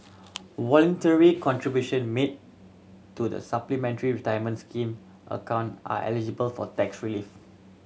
voluntary contribution made to the Supplementary Retirement Scheme account are eligible for tax relief